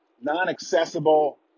non-accessible